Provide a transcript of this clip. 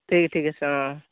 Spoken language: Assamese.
ঠিক আছে ঠিক আছে অঁ